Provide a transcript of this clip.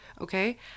Okay